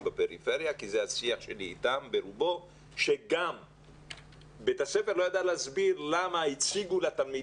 בפריפריה שבית הספר לא ידע להסביר למה הציגו לתלמיד